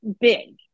big